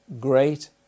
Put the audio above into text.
great